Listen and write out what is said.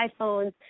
iPhones